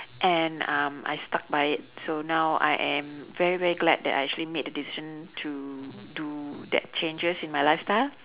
and um I stuck by it so now I am very very glad that I actually made that decision to do that changes in my lifestyle